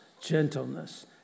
gentleness